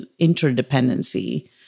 interdependency